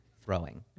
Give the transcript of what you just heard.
throwing